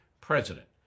president